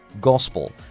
gospel